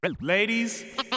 Ladies